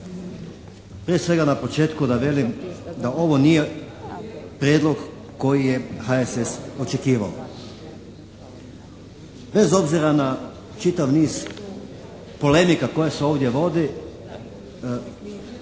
Prije svega na početku da velim da ovo nije prijedlog koji je HSS očekivao. Bez obzira na čitav niz polemika koje se ovdje vodi,